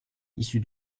issu